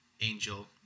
angel